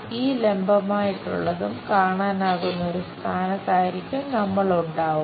ഈ ലംബമായിട്ടുള്ളതും കാണാനാകുന്ന ഒരു സ്ഥാനത്തായിരിക്കും നമ്മൾ ഉണ്ടാവുക